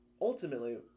ultimately